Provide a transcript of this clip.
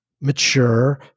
mature